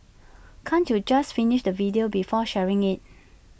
can't you just finish the video before sharing IT